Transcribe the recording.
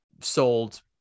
sold